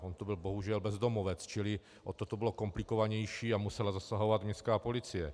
On to byl bohužel bezdomovec, čili o to to bylo komplikovanější a musela zasahovat městská policie.